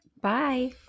Bye